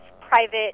private